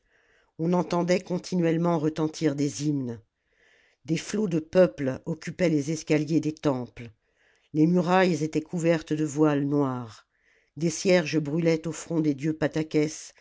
on entendait continuellement retentir des hymnes des flots de peuple occupaient les escaliers des temples les murailles étaient couvertes de voiles noirs des cierges brûlaient au front des dieux